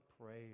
prayer